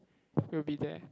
will be there